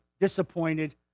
disappointed